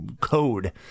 code